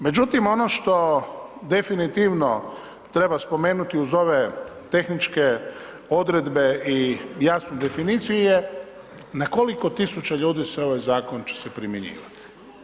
Međutim, ono što definitivno treba spomenuti uz ove tehničke odredbe i jasnu definiciju je na koliko tisuća ljudi se ovaj zakon će se primjenjivat?